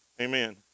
Amen